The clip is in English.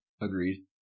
agreed